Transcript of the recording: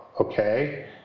okay